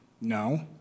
no